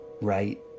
right